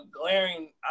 glaring